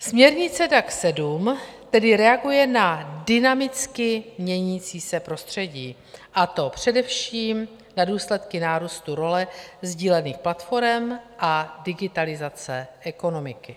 Směrnice DAC 7 tedy reaguje na dynamicky měnící se prostředí, a to především na důsledky nárůstu role sdílených platforem a digitalizace ekonomiky.